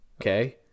okay